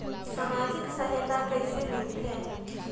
समाजिक सहायता कइसे मिलथे?